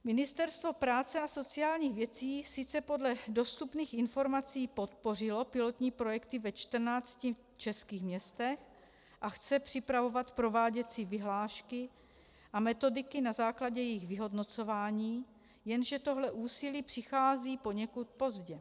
Ministerstvo práce a sociálních věcí sice podle dostupných informací podpořilo pilotní projekty ve čtrnácti českých městech a chce připravovat prováděcí vyhlášky a metodiky na základě jejich vyhodnocování, jenže toto úsilí přichází poněkud pozdě.